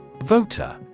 Voter